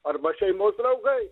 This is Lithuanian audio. arba šeimos draugai